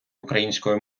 української